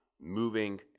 moving